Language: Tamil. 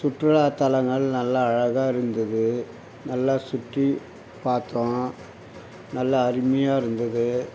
சுற்றுலாத்தலங்கள் நல்லா அழகாக இருந்தது நல்லா சுற்றி பார்த்தோம் நல்லா அருமையாக இருந்தது